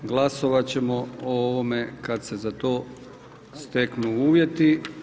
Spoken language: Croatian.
Glasovat će o ovome kad se za to steknu uvjeti.